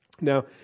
Now